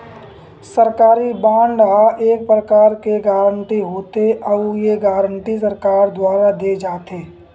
सरकारी बांड ह एक परकार के गारंटी होथे, अउ ये गारंटी सरकार दुवार देय जाथे